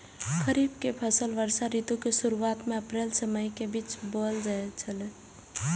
खरीफ के फसल वर्षा ऋतु के शुरुआत में अप्रैल से मई के बीच बौअल जायत छला